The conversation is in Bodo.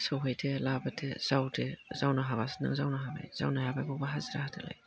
सौहैदो लाबोदो जावदो जावनो हाबासो नों जावनो हाबाय जावनो हायाबा बेयावबो हाजिरा होदोलाय